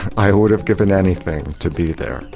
i would have given anything to be there,